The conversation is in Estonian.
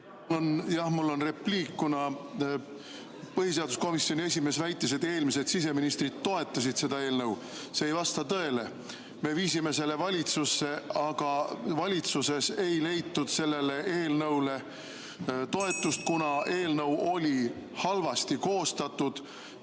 mul on repliik. Põhiseaduskomisjoni esimees väitis, et eelmised siseministrid toetasid seda eelnõu. See ei vasta tõele. Me viisime selle valitsusse, aga valitsuses ei leitud sellele eelnõule toetust, kuna see oli halvasti koostatud,